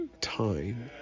time